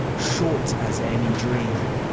short as any dream,